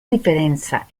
differenza